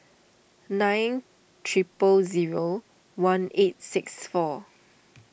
nine triple zero one eight six four